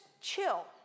chill